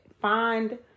Find